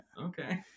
Okay